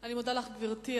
אני מודה לך, גברתי.